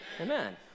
Amen